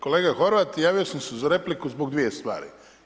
Kolega Horvat, javio sam se za repliku zbog dvije stvari.